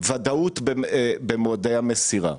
ודאות במועדי המסירה.